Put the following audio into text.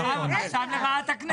עכשיו לרעת הכנסת.